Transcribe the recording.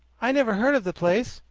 i never heard of the place,